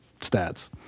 stats